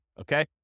okay